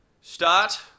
start